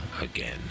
again